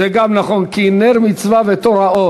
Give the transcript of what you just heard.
זה מפני שקוראים בתורה.